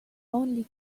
only